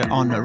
on